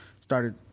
started